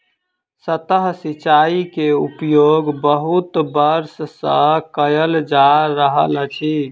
सतह सिचाई के उपयोग बहुत वर्ष सँ कयल जा रहल अछि